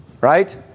Right